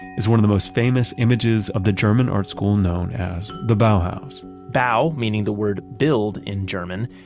is one of the most famous images of the german art school known as the bauhaus bau, meaning the word build in german,